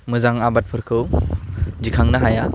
मोजां आबादफोरखौ दिखांनो हाया